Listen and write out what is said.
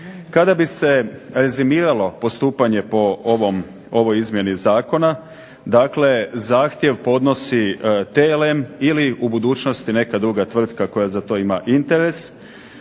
Kada bi se rezimiralo postupanje po ovoj izmjeni Zakona, dakle zahtjev podnosi TLM ili u budućnosti neka druga tvrtka koja ima za to interes,